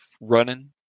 running